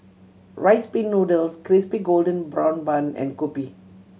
Rice Pin Noodles Crispy Golden Brown Bun and kopi